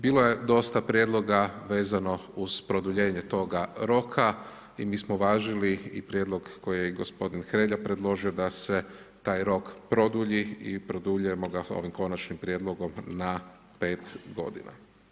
Bilo je dosta prijedloga vezano uz produljenje toga roka i mi smo uvažili i prijedlog kojeg je gospodin Hrelja predložio, da se taj rok produlji i produljujemo ga ovim Konačnim prijedlogom na 5 godina.